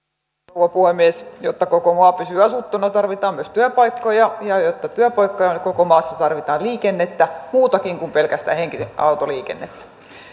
rouva puhemies jotta koko maa pysyy asuttuna tarvitaan myös työpaikkoja ja jotta työpaikkoja on koko maassa tarvitaan liikennettä muutakin kuin pelkästään henkilöautoliikennettä